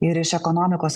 ir iš ekonomikos